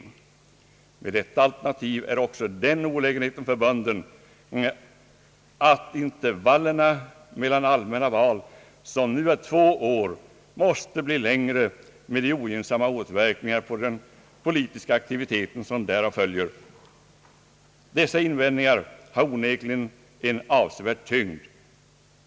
Med detta alternativ är också den olägenheten förbunden, att intervallerna mellan allmänna val, som nu är två år, måste bli längre med de ogynnsamma återverkningar på den politiska aktiviteten som därav följer. Dessa invändningar har onekligen en avsevärd tyngd.